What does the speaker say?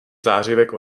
zářivek